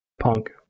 Punk